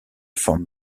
from